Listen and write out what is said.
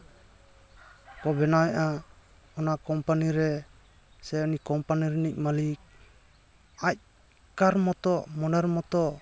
ᱠᱚ ᱵᱮᱱᱟᱣᱮᱫᱼᱟ ᱚᱱᱟ ᱠᱳᱢᱯᱟᱱᱤ ᱨᱮ ᱥᱮ ᱩᱱᱤ ᱠᱳᱢᱯᱟᱱᱤ ᱨᱤᱱᱤᱡ ᱢᱟᱞᱤᱠ ᱟᱡᱠᱟᱨ ᱢᱚᱛᱚ ᱢᱚᱱᱮᱨ ᱢᱚᱛᱚ